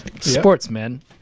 Sportsman